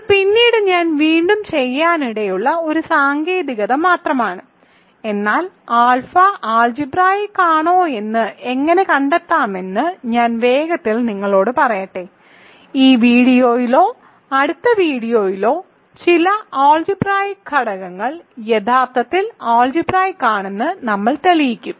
ഇത് പിന്നീട് ഞാൻ വീണ്ടും ചെയ്യാനിടയുള്ള ഒരു സാങ്കേതികത മാത്രമാണ് എന്നാൽ ആൽഫ ആൾജിബ്രായിക്ക് ആണോയെന്ന് എങ്ങനെ കണ്ടെത്താമെന്ന് ഞാൻ വേഗത്തിൽ നിങ്ങളോട് പറയട്ടെ ഈ വീഡിയോയിലോ അടുത്ത വീഡിയോയിലോ ചില ആൾജിബ്രായിക്ക് ഘടകങ്ങൾ യഥാർത്ഥത്തിൽ ആൾജിബ്രായിക്ക് ആണെന്ന് നമ്മൾ തെളിയിക്കും